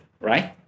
right